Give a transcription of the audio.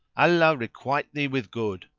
allah requite thee with good,